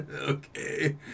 Okay